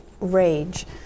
rage